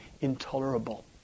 intolerable